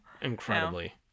incredibly